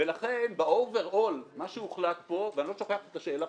ולכן ב-overall מה שהוחלט פה ואני לא שוכח את השאלה,